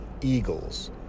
Eagles